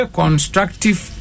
constructive